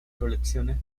colecciones